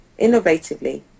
innovatively